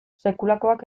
sekulakoak